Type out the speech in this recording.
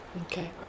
Okay